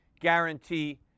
guarantee